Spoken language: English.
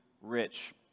rich